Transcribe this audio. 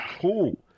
Cool